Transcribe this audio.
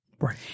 Right